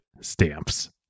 stamps